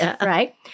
right